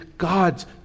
God's